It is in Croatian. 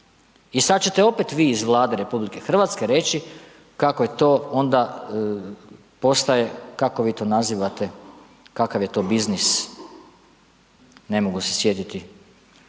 i sad ćete opet vi iz Vlade RH reći kako to onda postaje, kak vi to nazivate, kakav je to biznis, ne mogu se sjetiti,